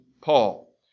Paul